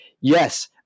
yes